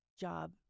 job